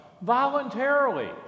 voluntarily